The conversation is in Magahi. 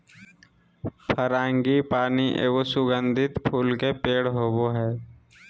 फ्रांगीपानी एगो सुगंधित फूल के पेड़ होबा हइ